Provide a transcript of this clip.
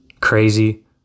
crazy